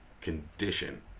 condition